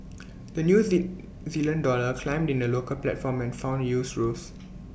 the new Z Zealand dollar climbed in the local platform and found yields rose